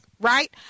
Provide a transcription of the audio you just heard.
Right